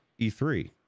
E3